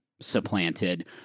supplanted